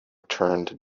turned